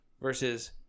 Versus